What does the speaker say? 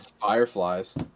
Fireflies